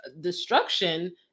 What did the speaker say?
destruction